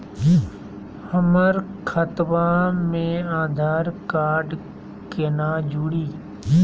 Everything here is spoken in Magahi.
हमर खतवा मे आधार कार्ड केना जुड़ी?